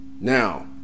now